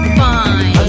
fine